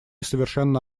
совершенно